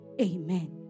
Amen